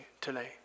today